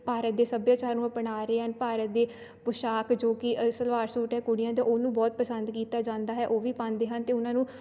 ਭਾਰਤ ਦੇ ਸੱਭਿਆਚਾਰ ਨੂੰ ਅਪਣਾ ਰਹੇ ਹਨ ਭਾਰਤ ਦੇ ਪੁਸ਼ਾਕ ਜੋ ਕਿ ਸਲਵਾਰ ਸੂਟ ਹੈ ਕੁੜੀਆਂ ਦੇ ਉਹਨੂੰ ਬਹੁਤ ਪਸੰਦ ਕੀਤਾ ਜਾਂਦਾ ਹੈ ਉਹ ਵੀ ਪਾਉਂਦੇ ਹਨ ਅਤੇ ਉਹਨਾਂ ਨੂੰ